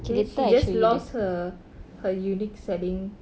then she just lost her her unique selling